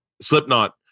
Slipknot